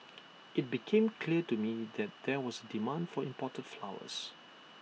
IT became clear to me that there was A demand for imported flowers